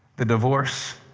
the divorce,